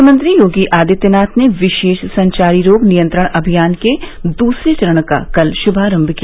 मुख्यमंत्री योगी आदित्यनाथ ने विशेष संचारी रोग नियंत्रण अभियान के दूसरे चरण का कल शुभारम्भ किया